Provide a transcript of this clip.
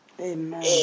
Amen